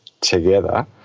together